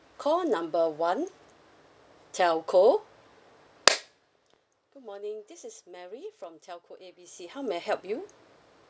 call number one telco good morning this is mary from telco A B C how may I help you